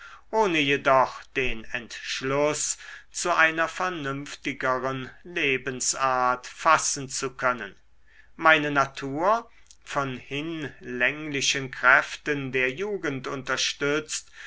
ohne jedoch den entschluß zu einer vernünftigeren lebensart fassen zu können meine natur von hinlänglichen kräften der jugend unterstützt